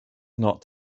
not